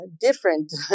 different